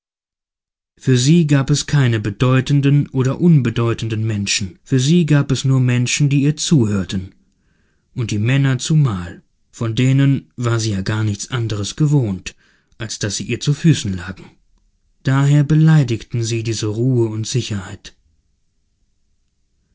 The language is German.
für sie gab es keine bedeutenden und unbedeutenden menschen für sie gab es nur menschen die ihr zuhörten und die männer zumal von denen war sie ja gar nichts anderes gewohnt als daß sie ihr zu füßen lagen daher beleidigten sie diese ruhe und sicherheit